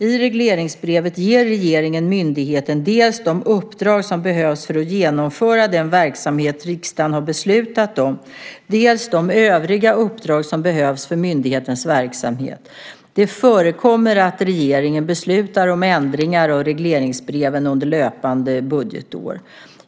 I regleringsbrevet ger regeringen myndigheten dels de uppdrag som behövs för att genomföra den verksamhet riksdagen har beslutat om, dels de övriga uppdrag som behövs för myndighetens verksamhet. Det förekommer att regeringen beslutar om ändringar av regleringsbreven under löpande budgetår.